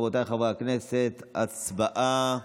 רבותיי חברי הכנסת, הצבעה.